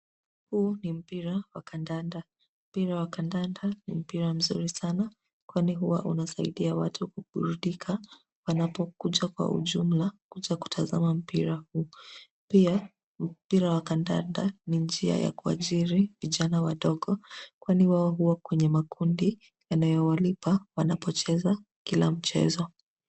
Huu ni mpira wa kandanda. Mpira wa kandanda ni mpira mzuri sana, kwani huwa unasaidia watu kuburudika, wanapokuja kwa ujumla kuja kutazama mpira huu. Pia mpira wa kandada ni njia ya kuajiri vijana wadogo, kwani wao huwa kwa makundi yanayowalipa wanapocheza kila mchezo.